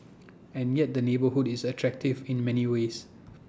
and yet the neighbourhood is attractive in many ways